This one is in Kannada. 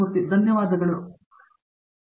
ಮೂರ್ತಿ ಧನ್ಯವಾದಗಳು ಪ್ರತಾಪ್